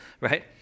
right